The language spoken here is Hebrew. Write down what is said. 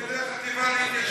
לא בענייני החטיבה להתיישבות.